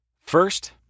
First